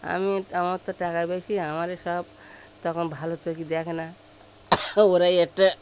আমি আমার তো টাকা বেশি আমাকে সব তখন ভালো চোখে দেখ না ওরাই একটা